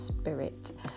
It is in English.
spirit